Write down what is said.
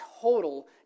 total